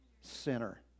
sinner